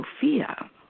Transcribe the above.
Sophia